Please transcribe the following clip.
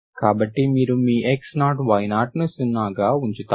కాబట్టి మీరు మీ x0y0 ని 0 గా ఉంచుదాము